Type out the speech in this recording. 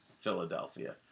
Philadelphia